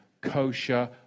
kosher